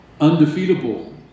undefeatable